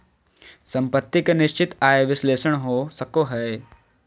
सम्पत्ति के निश्चित आय विश्लेषण हो सको हय